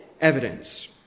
evidence